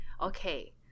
Okay